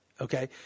Okay